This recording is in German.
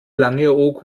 langeoog